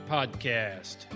Podcast